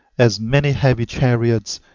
as many heavy chariots,